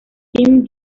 tim